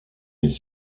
les